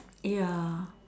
ya